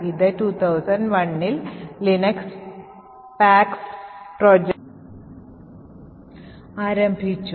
ഇത് 2001ൽ Linux PaX project ആരംഭിച്ചു